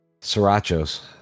srirachos